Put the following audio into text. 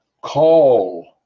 Call